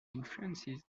influences